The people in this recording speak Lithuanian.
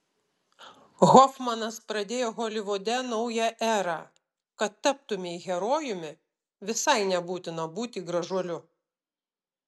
hofmanas pradėjo holivude naują erą kad taptumei herojumi visai nebūtina būti gražuoliu